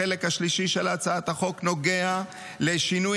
החלק השלישי של הצעת החוק נוגע לשינוי